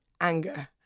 anger